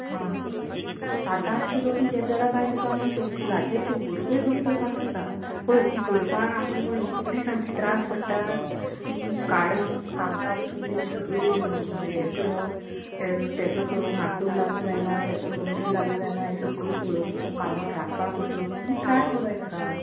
हां सात आठ किलो बी घेता जाल्यार बाय तुका हांव किल्लाचेर शंबर रुपया कमी करपाक शकता पळय ती करपाक आमकां म्हण इतली सामकी त्रास पडटात ती काडप कामतान वचून तेजी सगळी यें करप तेका तेकारून माकोड लागू जायना खेतें कोण उंदीर लागू जायना यें सगळी पळोवून कामत राखपा पसून खूब त्रास गो बाय तेका